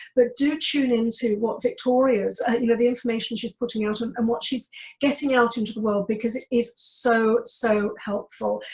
but do tune into what victoria's, you know, the information she's putting out um and what she's getting out into the world, because it is so, so helpful.